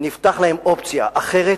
נפתח להם אופציה אחרת,